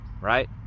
right